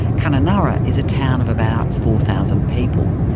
kununurra is a town of about four thousand people.